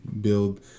build